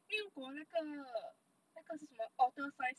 then 如果那个那个是什么 otter size